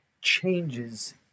changes